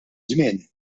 żmien